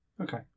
okay